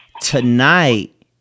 Tonight